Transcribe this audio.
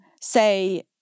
say